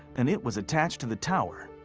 and it was attached to the tower.